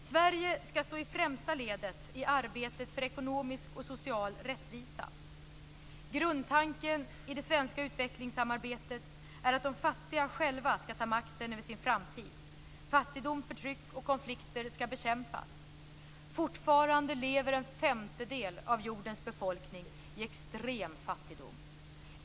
Sverige ska stå i främsta ledet i arbetet för ekonomisk och social rättvisa. Grundtanken i det svenska utvecklingssamarbetet är att de fattiga själva ska ta makten över sin framtid. Fattigdom, förtryck och konflikter ska bekämpas. Fortfarande lever en femtedel av jordens befolkning i extrem fattigdom.